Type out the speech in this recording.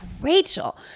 Rachel